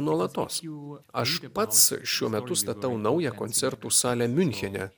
nuolatos aš pats šiuo metu statau naują koncertų salę miunchene